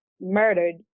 murdered